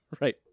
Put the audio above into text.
Right